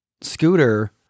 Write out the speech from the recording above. Scooter